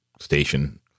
station